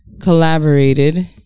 collaborated